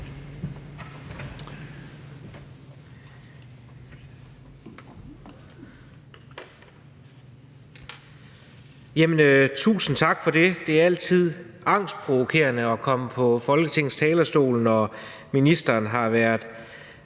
Tusind tak for det. Det er altid angstprovokerende at komme på Folketingets talerstol, når ministeren har været